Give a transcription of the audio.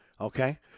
okay